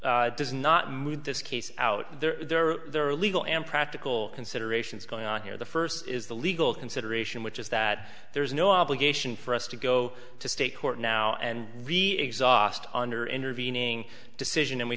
that does not moot this case out there there are there are legal and practical considerations going on here the first is the legal consideration which is that there is no obligation for us to go to state court now and really exhaust under intervening decision and we